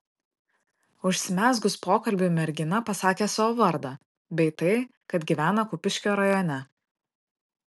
užsimezgus pokalbiui mergina pasakė savo vardą bei tai kad gyvena kupiškio rajone